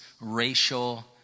racial